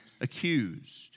accused